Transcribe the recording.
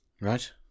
Right